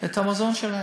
את המזון שלהם.